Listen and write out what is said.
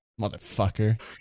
Motherfucker